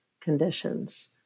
conditions